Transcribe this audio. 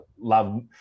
love